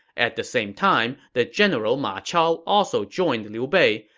at the same time, the general ma chao also joined liu bei,